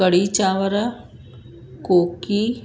कढ़ी चांवर कोकी